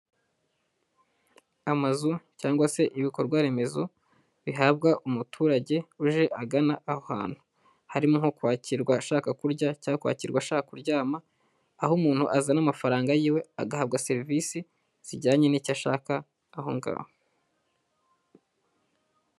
Amazu cyangwa se ibikorwaremezo bihabwa umuturage uje agana aho hantu, harimo nko kwakirwa ashaka kurya cyangwa kwakirwa ashaka kuryama, aho umuntu azana amafaranga yiwe agahabwa serivisi zijyanye n'icyo ashaka aho ngaho.